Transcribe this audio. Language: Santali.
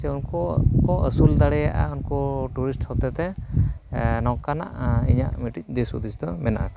ᱥᱮ ᱩᱱᱠᱩ ᱠᱚ ᱟᱹᱥᱩᱞ ᱫᱟᱲᱮᱭᱟᱜᱼᱟ ᱩᱱᱠᱩ ᱴᱩᱨᱤᱥᱴ ᱦᱚᱛᱮᱛᱮ ᱱᱚᱝᱠᱟᱱᱟᱜ ᱤᱧᱟᱹᱜ ᱢᱤᱫᱴᱤᱡ ᱫᱤᱥ ᱦᱩᱫᱤᱥ ᱫᱚ ᱢᱮᱱᱟᱜ ᱠᱟᱜᱼᱟ